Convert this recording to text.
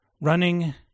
running